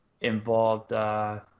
involved –